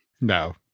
no